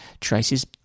Traces